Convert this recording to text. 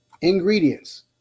ingredients